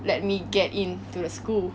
let me get into the school